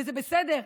וזה בסדר.